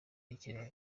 y’ikirenga